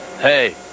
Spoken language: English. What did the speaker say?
Hey